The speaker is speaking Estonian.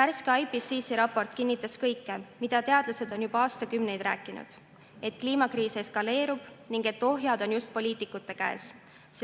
Värske IPCC raport kinnitas kõike, mida teadlased on juba aastakümneid rääkinud: kliimakriis eskaleerub ning ohjad on just poliitikute käes,